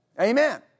Amen